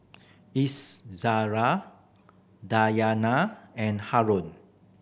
Izzara Dayana and Haron